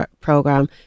program